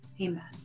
amen